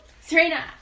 Serena